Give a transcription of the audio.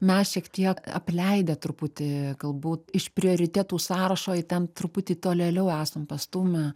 mes šiek tiek apleidę truputį galbū iš prioritetų sąrašo į ten truputį tolėliau esam pastūmę